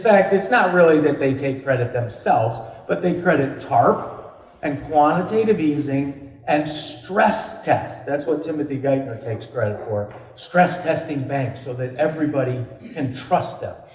fact, it's not really that they take credit themselves, but they credit tarp and quantitative easing and stress tests that's what timothy geithner takes credit for stress testing banks, so that everybody can and trust them,